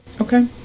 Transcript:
Okay